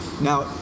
Now